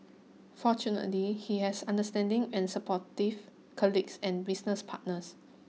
fortunately he has understanding and supportive colleagues and business partners